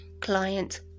client